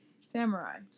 Samurai